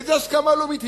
איזו הסכמה לאומית?